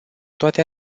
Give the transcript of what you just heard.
toate